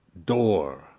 Door